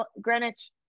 Greenwich